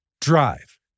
drive